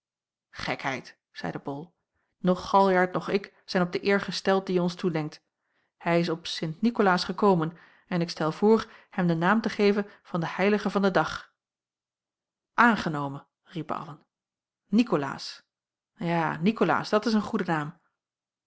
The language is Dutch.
gekheid zeide bol noch galjart noch ik zijn op de eer gesteld die je ons toedenkt hij is op sint nikolaas gekomen en ik stel voor hem den naam te geven van den heilige van den dag aangenomen riepen allen nikolaas ja nikolaas dat is een goede naam